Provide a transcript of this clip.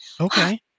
Okay